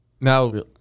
Now